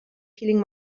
feeling